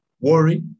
Worry